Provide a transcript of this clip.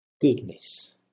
goodness